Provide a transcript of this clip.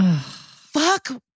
fuck